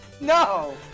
No